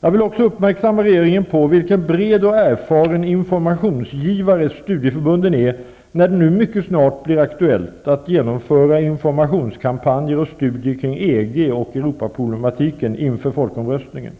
Jag vill också uppmärksamma regeringen på vilken bred och erfaren informationsgivare studieförbunden är när det nu mycket snart blir aktuellt att genomföra informationskampanjer och studier kring EG och Europaproblematiken inför folkomröstningen.